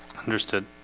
understood